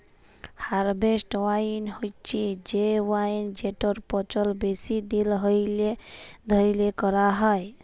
harvest wine হছে সে wine যেটর পচল বেশি দিল ধ্যইরে ক্যইরা হ্যয়